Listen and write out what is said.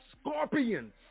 scorpions